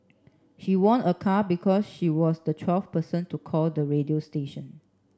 she won a car because she was the twelfth person to call the radio station